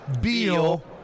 Beal